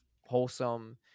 wholesome